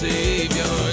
Savior